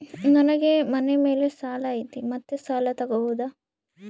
ನನಗೆ ಮನೆ ಮೇಲೆ ಸಾಲ ಐತಿ ಮತ್ತೆ ಸಾಲ ತಗಬೋದ?